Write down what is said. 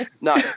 No